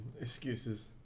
Excuses